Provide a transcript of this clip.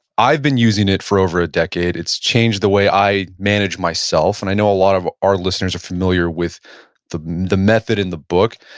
i've been using it for over a decade, it's changed the way i manage myself, and i know a lot of our listeners are familiar with the the method in the book.